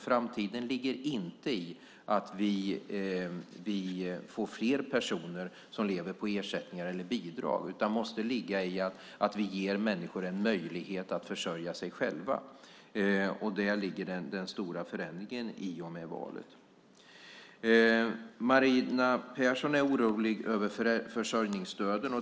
Framtiden ligger inte i att vi får fler personer som lever på ersättningar eller bidrag. Den måste ligga i att vi ger människor en möjlighet att försörja sig själva. Där ligger den stora förändringen i och med valet. Marina Pettersson är orolig över försörjningsstöden.